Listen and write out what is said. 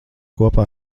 kopā